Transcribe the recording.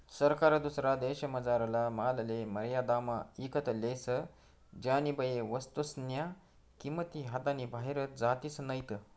सरकार दुसरा देशमझारला मालले मर्यादामा ईकत लेस ज्यानीबये वस्तूस्न्या किंमती हातनी बाहेर जातीस नैत